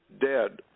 dead